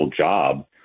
job